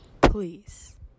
please